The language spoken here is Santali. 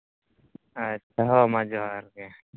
ᱟᱪᱪᱷᱟ ᱦᱮᱸ ᱢᱟ ᱡᱚᱸᱦᱟᱨ ᱜᱮ